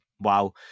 wow